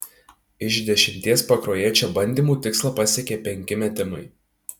iš dešimties pakruojiečio bandymų tikslą pasiekė penki metimai